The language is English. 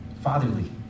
fatherly